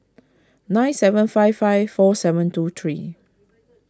nine seven five five four seven two three